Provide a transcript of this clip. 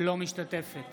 אינה משתתפת